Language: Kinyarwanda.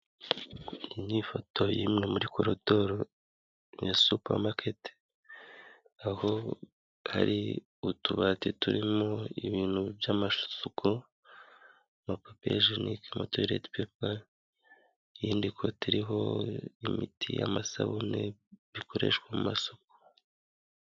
Iyi ni ifoto y'imwe muri korodoro ya supamaketi, aho hari utubati turimo ibintu by'amasuku, amapapiyejenike, amatoyileti pepa, irindi kote ririho imiti y'amasabune bikoreshwa mu masuku.